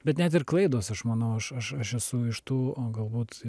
bet net ir klaidos aš manau aš aš aš esu iš tų o galbūt